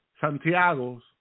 Santiago's